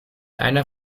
einer